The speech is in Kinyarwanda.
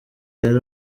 yari